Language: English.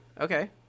Okay